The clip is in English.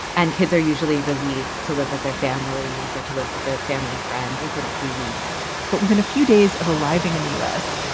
and kids are usually released to live with their families or to live with a family friend within a few weeks but within a few days of arriving in the u s,